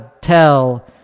tell